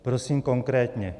Prosím konkrétně.